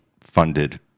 funded